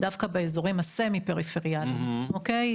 דווקא באזורים הסמי-פריפריאליים, אוקיי?